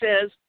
says –